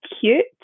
cute